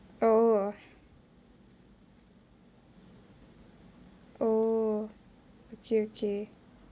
oh oh okay okay